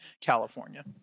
California